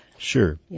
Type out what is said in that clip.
Sure